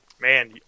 Man